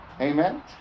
Amen